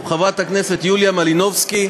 חברת הכנסת יוליה מלינובסקי,